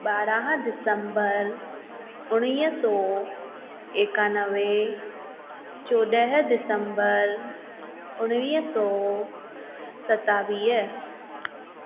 ॿारहं दिसंबर उणिवीह सौ एकानवे चोॾहं दिसंबर उणिवीह सौ सतावीह